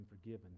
forgiven